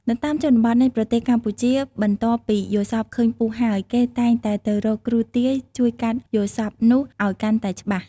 នៅតាមជនបទនៃប្រទេសកម្ពុជា បន្ទាប់ពីយល់សប្តិឃើញពស់ហើយ គេតែងតែទៅរកគ្រូទាយជួយកាត់យល់សប្តិនោះឱ្យកាន់តែច្បាស់។